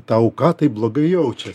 ta auka taip blogai jaučiasi